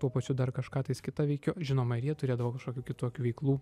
tuo pačiu dar kažką tais kitą veikiu žinoma jie ir turėdavo kašokių kitokių veiklų